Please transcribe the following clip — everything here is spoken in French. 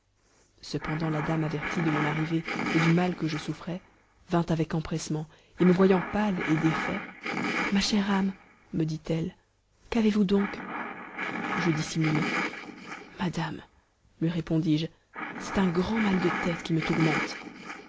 cependant la dame avertie de mon arrivée et du mal que je souffrais vint avec empressement et me voyant pâle et défait ma chère âme me dit-elle qu'avez-vous donc je dissimulai madame lui répondis-je c'est un grand mal de tête qui me tourmente